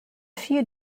few